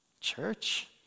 Church